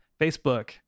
Facebook